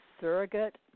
surrogate